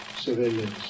civilians